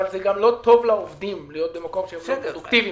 אבל זה גם לא טוב לעובדים להיות במקום שהם לא יעילים בו.